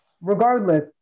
Regardless